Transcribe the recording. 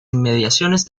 inmediaciones